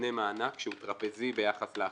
מבנה מענק שהוא טרפזי ביחס להכנסה.